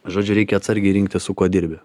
žodžiu reikia atsargiai rinktis su kuo dirbi